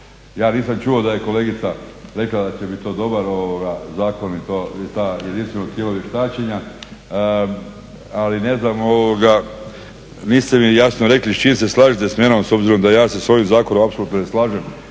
Ja nisam čuo da je kolegica rekla da će biti dobar zakon i to jedinstveno tijelo vještačenja, ali niste mi jasno rekli s čim se slažete s menom s obzirom da se ja s ovim zakonom apsolutno ne slažem